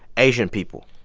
asian people.